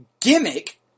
gimmick